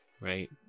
right